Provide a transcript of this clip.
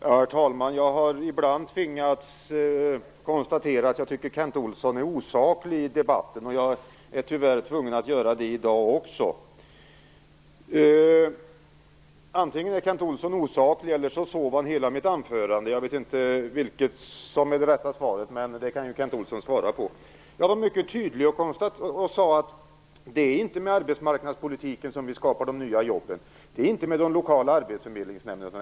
Herr talman! Jag har ibland tvingats konstatera att jag tycker att Kent Olsson är osaklig i debatten. Jag är tyvärr tvungen att göra det i dag också. Antingen är Kent Olsson osaklig eller så sov han under hela mitt anförande. Jag vet inte vilket som är det rätta svaret, men det kan ju Kent Olsson svara på. Jag var mycket tydlig och sade att det inte är med arbetsmarknadspolitiken som vi skapar de nya jobben och inte med de lokala arbetsförmedlingsnämnderna.